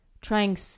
trying